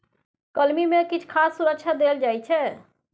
कलमी मे किछ खास सुरक्षा देल जाइ छै